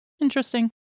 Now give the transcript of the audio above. interesting